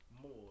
more